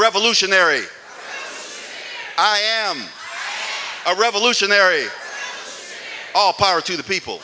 revolutionary i am a revolutionary all power to the people